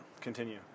continue